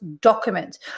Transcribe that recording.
document